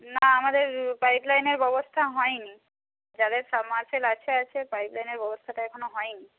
না আমাদের পাইপ লাইনের ব্যবস্থা হয় নি যাদের সাবমের্সিবল আছে আছে তাই জন্যে ব্যবস্থাটা এখনো হয় নি